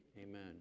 Amen